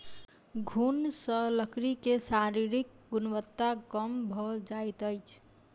घुन सॅ लकड़ी के शारीरिक गुणवत्ता कम भ जाइत अछि